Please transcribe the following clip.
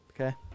Okay